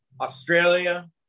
Australia